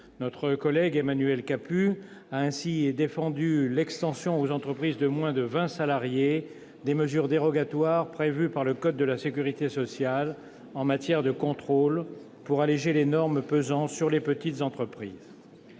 Notre collègue Emmanuel Capus a ainsi défendu l'extension aux entreprises de moins de vingt salariés des mesures dérogatoires prévues par le code de la sécurité sociale en matière de contrôle, pour alléger les normes pesant sur les petites entreprises.